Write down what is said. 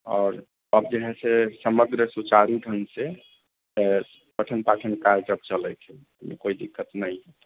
आओर अब जे है से समग्र सुचारु ढंग से पठन पाठन कार्य सभ चलै छै कोइ दिक्क्त नहि